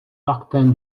martin